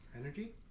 Energy